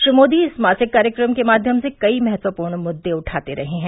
श्री मोदी इस मासिक कार्यक्रम के माध्यम से कई महत्वपूर्ण मुद्दे उठाते रहे हैं